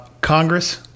Congress